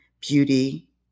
beauty